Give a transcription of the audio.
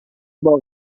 باقی